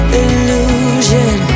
illusion